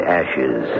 ashes